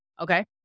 Okay